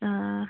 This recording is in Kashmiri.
آ